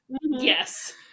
Yes